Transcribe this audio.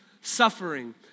suffering